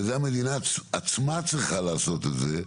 וזה המדינה עצמה צריכה לעשות את זה,